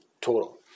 total